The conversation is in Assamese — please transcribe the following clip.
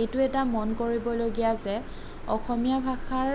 এইটো এটা মন কৰিবলগীয়া যে অসমীয়া ভাষাৰ